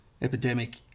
epidemic